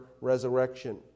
resurrection